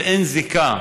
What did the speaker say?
ואין זיקה